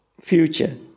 future